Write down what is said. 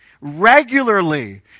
regularly